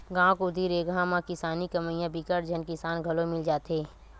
गाँव कोती रेगहा म किसानी कमइया बिकट झन किसान घलो मिल जाथे